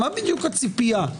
מה הציפייה?